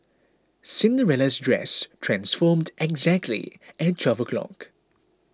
Cinderella's dress transformed exactly at twelve o' clock